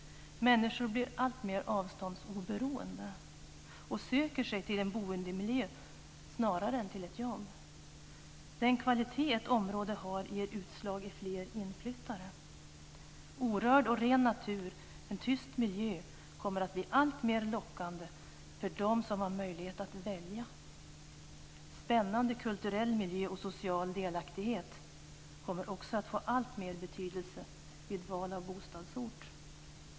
Människor blir alltmer avståndsoberoende och söker sig till en boendemiljö snarare än till ett jobb. Den kvalitet ett område har ger utslag i fler inflyttare. Orörd och ren natur, en tyst miljö, kommer att bli alltmer lockande för dem som har möjlighet att välja. Spännande kulturell miljö och social delaktighet kommer också att få alltmer betydelse vid val av bostadsort.